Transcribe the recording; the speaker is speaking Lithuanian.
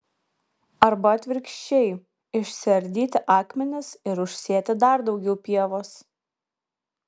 arba atvirkščiai išsiardyti akmenis ir užsėti dar daugiau pievos